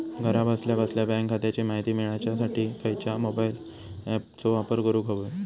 घरा बसल्या बसल्या बँक खात्याची माहिती मिळाच्यासाठी खायच्या मोबाईल ॲपाचो वापर करूक होयो?